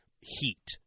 heat